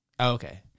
Okay